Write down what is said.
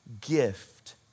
gift